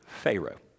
Pharaoh